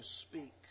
speak